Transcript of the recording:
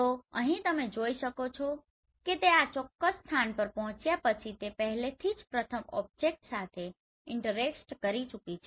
તો અહીં તમે જોઈ શકો છો કે તે આ ચોક્કસ સ્થાન પર પહોંચ્યા પછી તે પહેલેથી જ પ્રથમ ઓબ્જેક્ટ સાથે ઇન્ટરેક્સન કરી ચૂકી છે